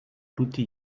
tutti